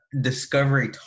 discovery